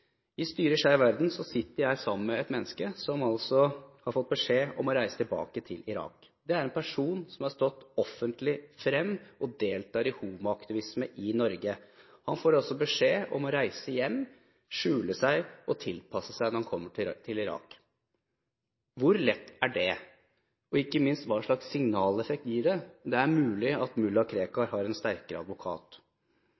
I styret i Skeiv Verden sitter jeg sammen med et menneske som altså har fått beskjed om å reise tilbake til Irak. Det er en person som har stått offentlig frem og deltar i homoaktivisme i Norge. Han får altså beskjed om å reise hjem, skjule seg og tilpasse seg når han kommer til Irak. Hvor lett er det? Og – ikke minst – hva slags signaleffekt gir det? Det er mulig at mulla